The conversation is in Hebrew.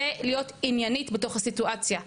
זה להיות עניינית בתוך הסיטואציה,